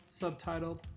subtitled